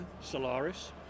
solaris